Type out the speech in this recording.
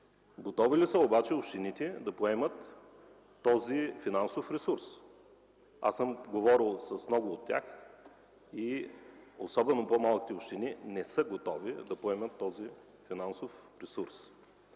Готови ли са обаче общините да поемат този финансов ресурс? Аз съм говорил с много от тях и особено по-малките общини не са готови да поемат този финансов ресурс.